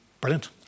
Brilliant